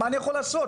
מה אני יכול לעשות?